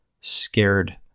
scared